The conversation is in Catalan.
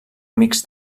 amics